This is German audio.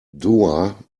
doha